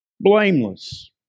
blameless